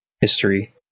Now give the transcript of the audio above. history